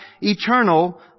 eternal